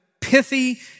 pithy